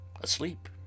asleep